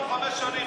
כך דיברנו חמש שנים.